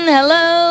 Hello